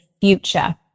future